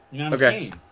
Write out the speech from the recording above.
okay